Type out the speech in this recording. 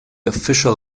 official